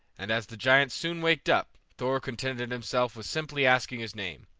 and as the giant soon waked up, thor contented himself with simply asking his name.